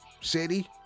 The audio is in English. city